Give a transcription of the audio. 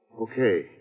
Okay